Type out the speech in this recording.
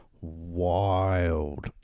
wild